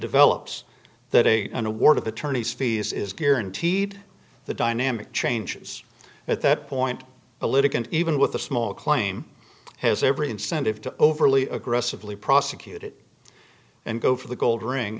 develops that a an award of attorney's fees is guaranteed the dynamic changes at that point politically even with a small claim has every incentive to overly aggressively prosecute it and go for the gold ring